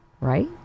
Right